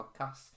podcast